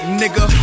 nigga